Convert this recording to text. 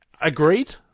Agreed